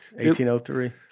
1803